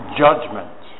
judgment